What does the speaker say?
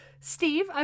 Steve